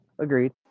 Agreed